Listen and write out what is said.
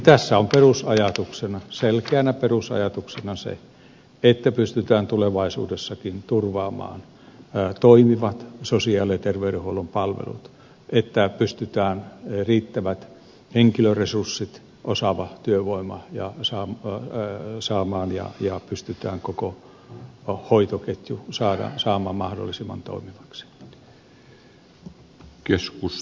tässä on selkeänä perusajatuksena se että pystytään tulevaisuudessakin turvaamaan toimivat sosiaali ja terveydenhuollon palvelut että pystytään riittävät henkilöresurssit osaava työvoima ja koko hoitoketju saamaan mahdollisimman toimivaksi